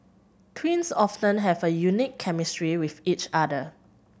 twins often have a unique chemistry with each other